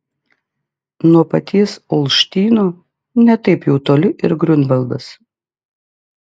nuo paties olštyno ne taip jau toli ir griunvaldas